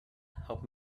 help